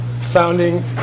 founding